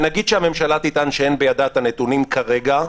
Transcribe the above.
ונגיד שהממשלה תטען שאין בידה את הנתונים כרגע,